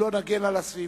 אם לא נגן על הסביבה,